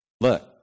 Look